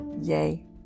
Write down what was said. yay